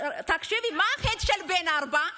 שנייה, תקשיבי, מה החטא של בן הארבע?